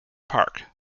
park